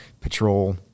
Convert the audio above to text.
patrol